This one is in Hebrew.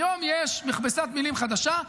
היום יש מכבסת מילים חדשה: